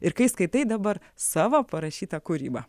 ir kai skaitai dabar savo parašytą kūrybą